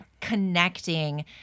connecting